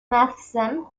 matheson